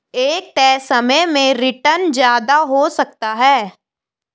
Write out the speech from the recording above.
एक तय समय में रीटर्न ज्यादा हो सकता है